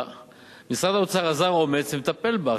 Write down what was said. ומשרד האוצר אזר אומץ ומטפל בה.